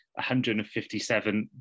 157